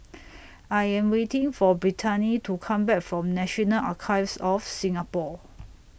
I Am waiting For Brittani to Come Back from National Archives of Singapore